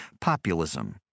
Populism